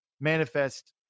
manifest